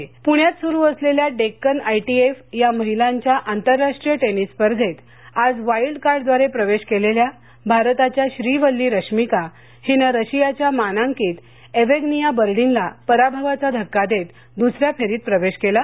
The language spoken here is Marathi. प्ण्यात सुरु असलेल्या डेक्कन आयटीएफ या महीलांच्या आंतरराष्ट्रीय टेनिस स्पर्धेत आज वाईल्ड कार्डद्वारे प्रवेश केलेल्या भारताच्या श्रीवल्ली रश्मिका हिनं रशियाच्या मानांकित एव्हेग्निया बर्डीनला पराभवाचा धक्का देत दुस या फेरीत प्रवेश केला